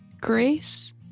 grace